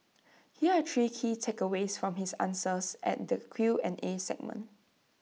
here are three key takeaways from his answers at the Q and A segment